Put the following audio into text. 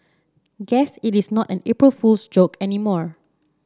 guess it is not an April Fool's joke anymore